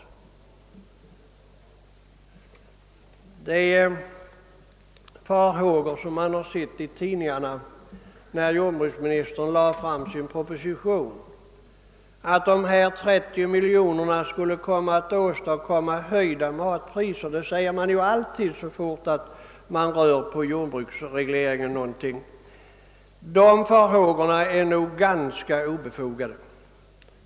De farhågor, som uttrycktes i tidningarna när jordbruksministern lade fram sin proposition, för att de 30 miljoner det gäller skulle kunna åstadkomma höjda matpriser — detta framhåller man ju alltid så snart jordbruksregleringen ändras på någon punkt — är nog ganska obefogade.